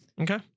okay